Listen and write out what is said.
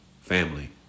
family